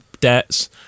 debts